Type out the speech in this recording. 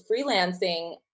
freelancing